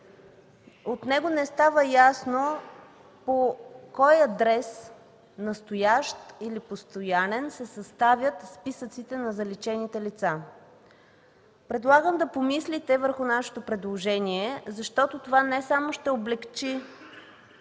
принцип, не става ясно по кой адрес – настоящ или постоянен, се съставят списъците на заличените лица. Предлагам да помислите върху предложението ни, защото това не само ще облекчи